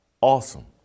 awesome